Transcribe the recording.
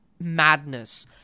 madness